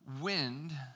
Wind